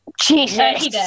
Jesus